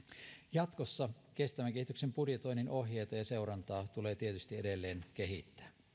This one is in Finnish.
jatkossa kestävän kehityksen budjetoinnin ohjeita ja seurantaa tulee tietysti edelleen kehittää